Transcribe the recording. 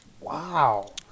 wow